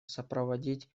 сопроводить